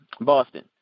Boston